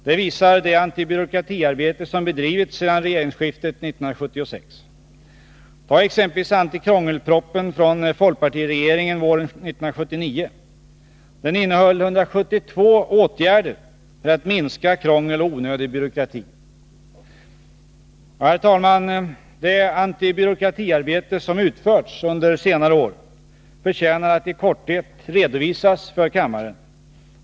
Det visar det antibyråkratiarbete som har bedrivits sedan regeringsskiftet 1976. Tag exempelvis antikrångelpropositionen från fp-regeringen våren 1979. Den innehöll 172 åtgärder för att minska krångel och onödig byråkrati. Herr talman! Det antibyråkratiarbete som har utförts under senare år förtjänar att i korthet redovisas för kammaren.